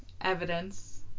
evidence